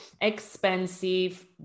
expensive